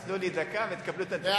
אז תנו לי דקה ותקבלו את המספרים המדויקים.